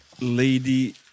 Lady